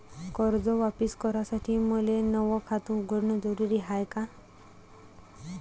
कर्ज वापिस करासाठी मले नव खात उघडन जरुरी हाय का?